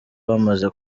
wamaze